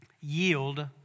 yield